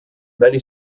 many